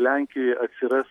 lenkijoj atsiras